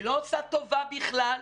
היא לא עושה טובה בכלל,